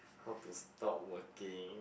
how to stop working